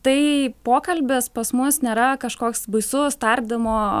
tai pokalbis pas mus nėra kažkoks baisus tardymo